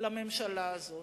לממשלה הזאת.